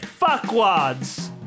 fuckwads